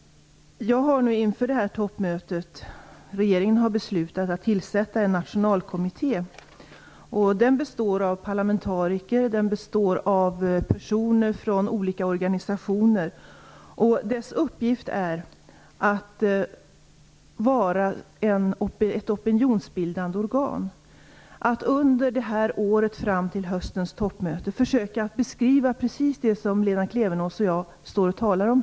Inför toppmötet har regeringen beslutat att tillsätta en nationalkommitté bestående av parlamentariker och personer från olika organisationer. Kommitténs uppgift är att vara ett opinionsbildande organ. Under det här året fram till höstens toppmöte skall man försöka beskriva precis det som Lena Klevenås och jag här talar om.